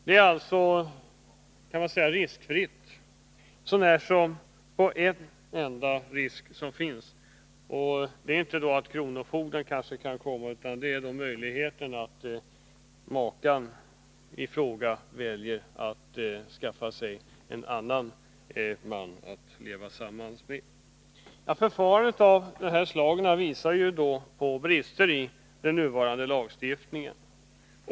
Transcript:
Det här förfarandet är, kan man säga, riskfritt, så när som på en punkt: Risken är inte att kronofogden kommer utan att makan i fråga väljer att skaffa sig en annan man att leva samman med. Förfaranden av detta slag visar på brister i den nuvarande lagstiftningen.